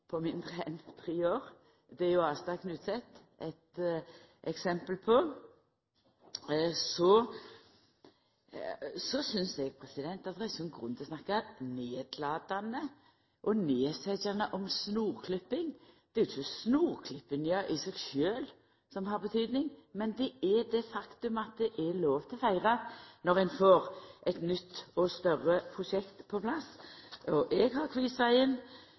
på mindre enn tre år, nemleg Astad–Knutset. Så synest eg at det er ikkje nokon grunn til å snakka nedlatande og nedsetjande om snorklipping. Det er jo ikkje snorklippinga i seg sjølv som har betydning, men det faktum at det er lov til å feira når ein får eit nytt og større prosjekt på plass. Eg har